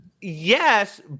yes